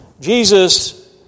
Jesus